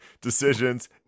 decisions